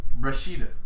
Rashida